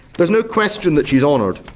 there is no question that she is honoured,